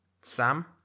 Sam